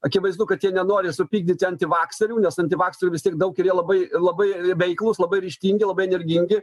akivaizdu kad jie nenori supykdyti antivakserių nes antivakserių vis tiek daug ir jie labai labai veiklūs labai ryžtingi labai energingi